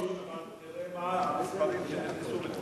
בסופו של דבר תראה את המספרים שנכנסו בתקופת,